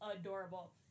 adorable